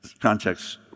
context